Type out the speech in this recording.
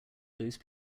those